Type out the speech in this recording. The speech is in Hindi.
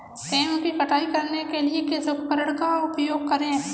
गेहूँ की कटाई करने के लिए किस उपकरण का उपयोग करें?